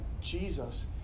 Jesus